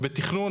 ובתכנון,